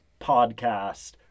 Podcast